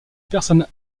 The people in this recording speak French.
personne